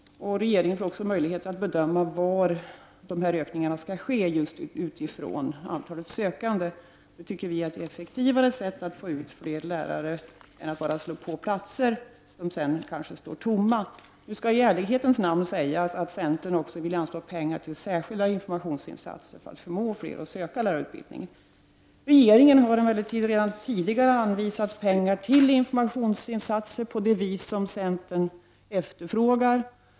Regeringen får då också en möjlighet att bedöma var dessa ökningar skall ske utifrån antalet sökande. Detta tycker vi är ett effektivare sätt att få ut fler lärare än att bara utöka antalet platser, som sedan kanske står tomma. Nu skall i ärlighetens namn sägas att centern också vill anslå pengar till särskilda informationsinsatser för att förmå fler att söka lärarutbildning. Regeringen har emellertid redan tidigare anvisat pengar till informationsinsatser på det vis centern efterfrågar.